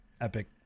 epic